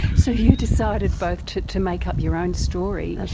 so you decided both to to make up your own story, ah